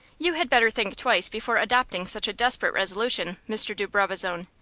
you had better think twice before adopting such a desperate resolution, mr. de brabazon.